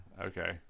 Okay